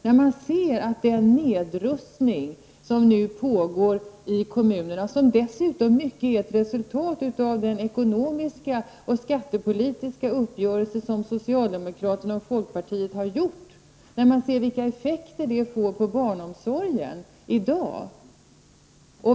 Det pågår nu en nedrustning inom kommunerna som dessutom till stor del är ett resultat av den ekonomiska och skattepolitiska uppgörelse som socialdemokraterna och folkpartiet har träffat. Man ser vilka effekter det har på barnomsorgen i dag.